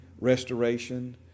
restoration